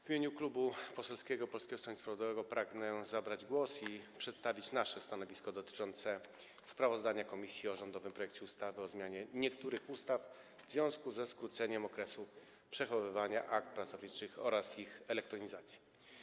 W imieniu Klubu Parlamentarnego Polskiego Stronnictwa Ludowego pragnę zabrać głos i przedstawić nasze stanowisko dotyczące sprawozdania komisji o rządowym projekcie ustawy o zmianie niektórych ustaw w związku ze skróceniem okresu przechowywania akt pracowniczych oraz ich elektronizacją.